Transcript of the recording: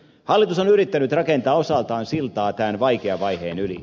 hallitus on yrittänyt rakentaa osaltaan siltaa tämän vaikean vaiheen yli